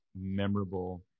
memorable